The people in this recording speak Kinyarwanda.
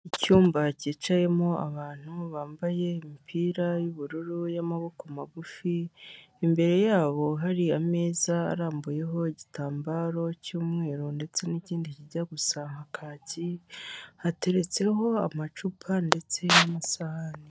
Icyumba cyicayemo abantu bambaye imipira y'ubururu y'amaboko magufi, imbere yabo hari ameza arambuyeho igitambaro cy'umweru ndetse n'ikindi kijya gusaha nka kaki, hateretseho amacupa ndetse n'amasahane.